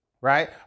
right